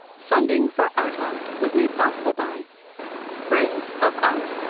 funding for art loft was made possible by friends of art.